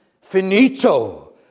finito